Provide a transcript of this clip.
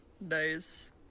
nice